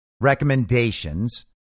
recommendations